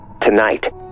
Tonight